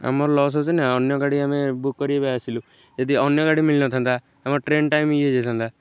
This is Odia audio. ଆମର ଲସ୍ ହେଉଛିି ନା ଅନ୍ୟ ଗାଡ଼ି ଆମେ ବୁକ୍ କରିବା ଆସିଲୁ ଯଦି ଅନ୍ୟ ଗାଡ଼ି ମିଳୁ ନଥାନ୍ତା ଆମର ଟ୍ରେନ୍ ଟାଇମ୍ ଇଏ ହେଇଯାଇଥାନ୍ତା